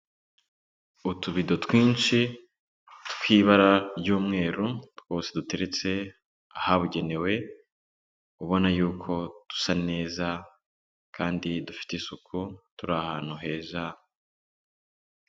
Utubido twinshi tw'ibara ry'umweru, twose duteretse ahabugenewe, ubona yuko dusa neza kandi dufite isuku, turi ahantu heza.